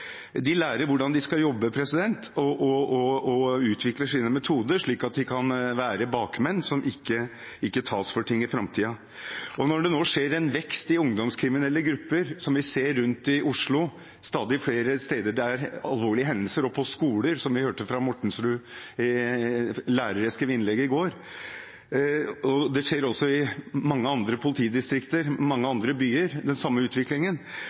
tas for ting i framtida. Nå skjer det en vekst i ungdomskriminelle grupper. Vi ser alvorlige hendelser stadig flere steder rundt i Oslo, også på skoler, som vi hørte fra Mortensrud, der lærere skrev innlegg i går. Den samme utviklingen skjer i mange andre politidistrikter også, i mange